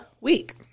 week